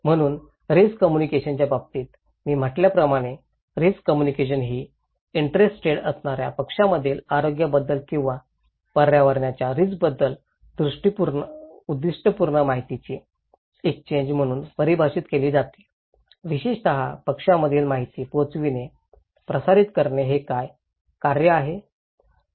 म्हणून रिस्क कम्युनिकेशनच्या बाबतीत मी म्हटल्याप्रमाणे रिस्क कम्युनिकेशन ही इंटरेस्टेड असणार्या पक्षांमधील आरोग्याबद्दल किंवा पर्यावरणाच्या रिस्कबद्दल उद्दीष्टपूर्ण माहितीची एक्सचेन्ज म्हणून परिभाषित केले जाते विशेषत पक्षांमधील माहिती पोहचविणे प्रसारित करणे हे काय कार्य आहे